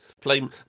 play